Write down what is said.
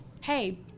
hey